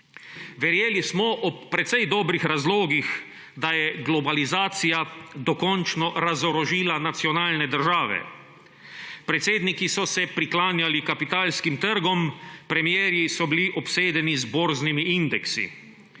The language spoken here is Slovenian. Verjeli smo, ob precej dobrih razlogih, da je globalizacija dokončno razorožila nacionalne države, predsedniki so se priklanjali kapitalskim trgom, premieri so bili obsedeni z borznimi indeksi,